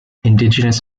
indigenous